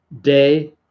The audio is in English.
day